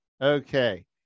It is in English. Okay